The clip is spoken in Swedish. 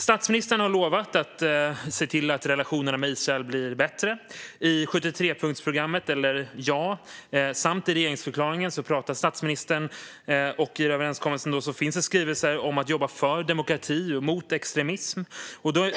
Statsministern har lovat att se till att relationerna med Israel blir bättre. I 73-punktsprogrammet och i regeringsförklaringen talas det om att jobba för demokrati och mot extremism.